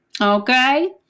okay